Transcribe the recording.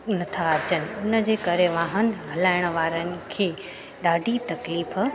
नथा अचनि इनजे करे वाहन हलाइण वारनि खे ॾाढी तक़लीफ़